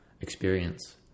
experience